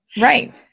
Right